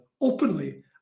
openly